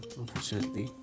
unfortunately